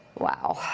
wow.